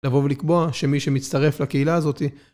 לבוא ולקבוע שמי שמצטרף לקהילה הזאת